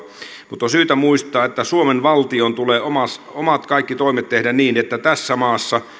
mutta on syytä muistaa että suomen valtion tulee kaikki omat toimet tehdä niin että tässä maassa